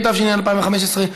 התשע"ז 2017,